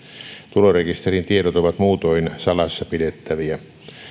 tulorekisterin tiedot ovat muutoin salassa pidettäviä